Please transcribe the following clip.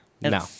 No